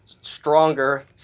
stronger